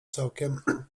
całkiem